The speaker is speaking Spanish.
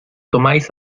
tomáis